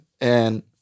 And-